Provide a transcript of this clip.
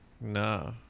no